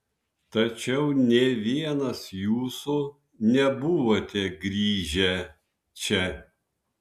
tačiau nė vienas jūsų nebuvote grįžę čia